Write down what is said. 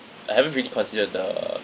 I haven't really considered the